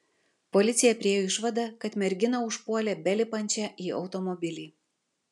policija priėjo išvadą kad merginą užpuolė belipančią į automobilį